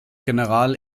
general